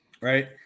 Right